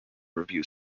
review